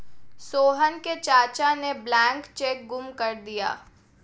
सोहन के चाचा ने ब्लैंक चेक गुम कर दिया